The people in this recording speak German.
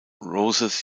roses